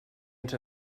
ens